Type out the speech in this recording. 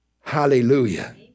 Hallelujah